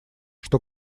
что